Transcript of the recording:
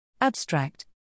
Abstract